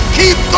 keep